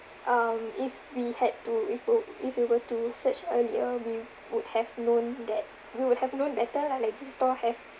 um if we had to if were if we were to search earlier we would have known that we would have known better lah like this store have